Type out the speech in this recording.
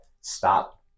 stop